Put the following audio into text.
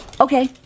Okay